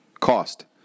cost